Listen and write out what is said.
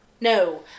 no